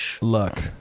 luck